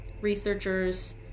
Researchers